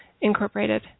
incorporated